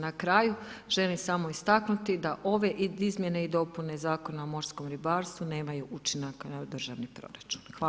Na kraju, želim samo istaknuti da ove izmjene i dopune Zakona o morskom ribarstvu nemaju učinak na državni proračun.